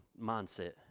mindset